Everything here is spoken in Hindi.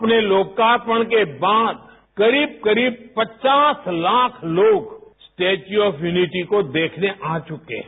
अपने लोकापर्ण के बाद करीब करीब पचास लाख लोग स्टेच्यू ऑफ यूनिटी को देखने आ चुके हैं